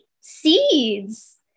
seeds